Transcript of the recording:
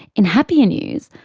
in happier news,